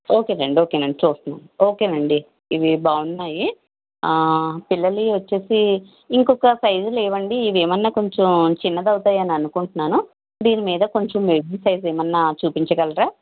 okay అండి okay అండి చూస్తున్నాము ఓకే అండి ఇవి బాగున్నాయి ఆ పిల్లలవి వచ్చి ఇంకొక సైజు లెవాండీ ఇవేమన్నా కొంచెం చిన్నది అవుతాయి అనుకుంటున్నాను దీని మీద కొంచెం ఎక్కువ సైజు ఏమైనా చూపించగలరా